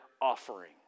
offering